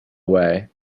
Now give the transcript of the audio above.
way